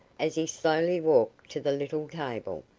as he slowly walked to the little table,